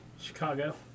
Chicago